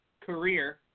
career